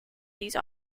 these